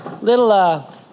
Little